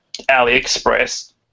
AliExpress